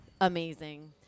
Amazing